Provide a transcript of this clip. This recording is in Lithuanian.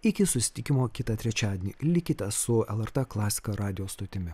iki susitikimo kitą trečiadienį likite su lrt klasika radijo stotimi